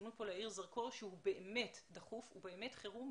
ההזדמנות להאיר זרקור שהוא באמת דחוף והוא באמת חירום.